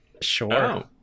Sure